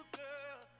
girl